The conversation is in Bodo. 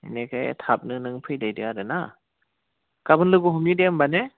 इनिखाय थाबनो नों फैदो आरो ना गाबोन लोगो हमनि दे होमब्ला दे